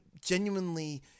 genuinely